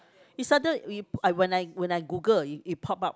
is either we when I when I Google it it pop out